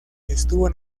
estuvo